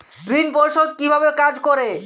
ঋণ পরিশোধ কিভাবে কাজ করে?